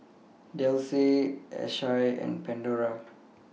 Delsey Asahi and Pandora